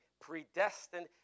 predestined